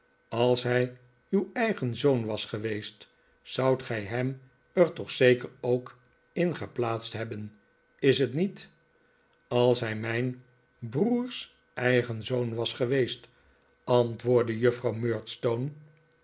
als hij uw eigen zoon was geweest zoudt gij hem er toch zeker ook in geplaatst hebben is het niet als hij mijn broers eigen zoon was geweest antwoordde juffrouw